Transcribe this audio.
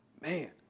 man